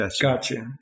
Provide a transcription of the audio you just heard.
Gotcha